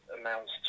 amounts